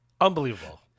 Unbelievable